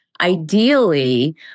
ideally